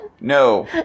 No